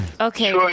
Okay